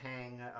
hang